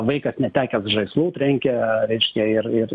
vaikas netekęs žaislų trenkia reiškia ir ir